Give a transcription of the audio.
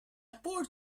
poor